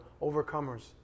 overcomers